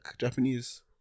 Japanese